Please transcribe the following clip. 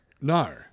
No